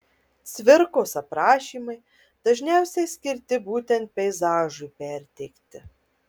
cvirkos aprašymai dažniausiai skirti būtent peizažui perteikti